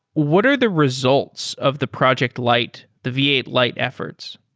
what are the results of the project lite, the v eight lite efforts?